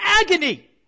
agony